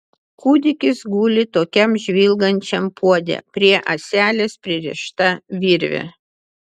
kūdikis guli tokiam žvilgančiam puode prie ąselės pririšta virvė